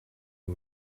who